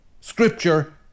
Scripture